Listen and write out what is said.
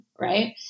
Right